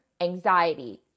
anxiety